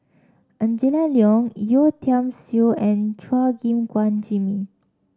Angela Liong Yeo Tiam Siew and Chua Gim Guan Jimmy